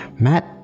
Matt